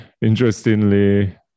interestingly